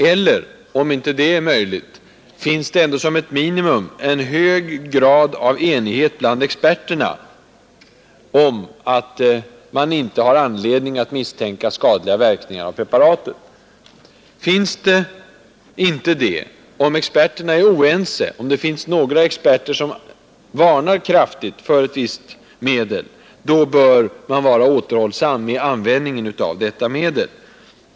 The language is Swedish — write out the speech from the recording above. Eller, om inte det är möjligt, finns det ändå som ett minimum en hög grad av enighet bland experterna om att man inte har anledning att misstänka skadliga verkningar av preparatet? Om experterna är oense, om det finns några experter som varnar kraftigt för ett visst medel, då bör man vara återhållsam med användningen av detta.